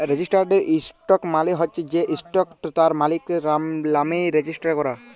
registered stock মালে হচ্যে যে ইসটকট তার মালিকের লামে রেজিস্টার ক্যরা